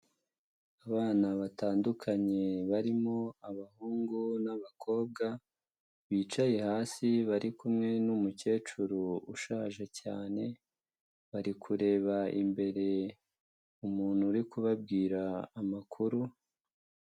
Abana batandukanye barimo abahungu n'abakobwa, bicaye hasi bari kumwe n'umukecuru ushaje cyane, bari kureba imbere umuntu uri kubabwira amakuru.